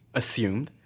assumed